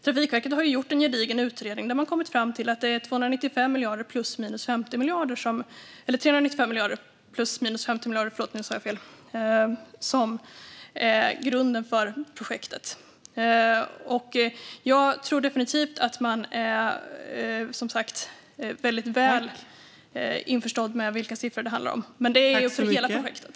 Trafikverket har gjort en gedigen utredning och kommit fram till att det är 295 miljarder plus eller minus 50 miljarder som är grunden för projektet. Jag tror att man är mycket väl införstådd med vilka siffror det handlar om. Det är för hela projektet.